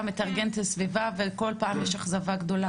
מתארגנת סביבה וכל פעם יש אכזבה גדולה?